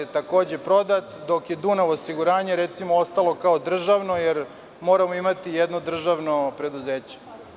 Takođe prodat je DDOR, dok je „Dunav osiguranje“ ostalo kao državno jer moramo imati jedno državno preduzeće.